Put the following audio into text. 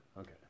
Okay